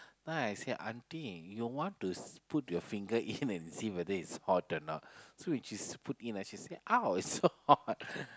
then I said auntie you want to put your finger to see and whether it's hot or not so she put in and she said !ouch! it's so hot